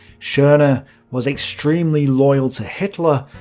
schorner was extremely loyal to hitler,